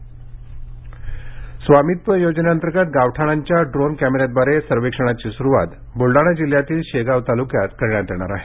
स्वामित्व योजना स्वामित्व योजनेंतर्गत गावठाणांच्या ड्रोन कॅमेऱ्याद्वारे सर्वेक्षणाची सुरुवात बुलडाणा जिल्ह्यातील शेगाव तालुक्यात करण्यात येणार आहे